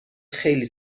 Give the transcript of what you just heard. خیلی